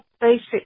basic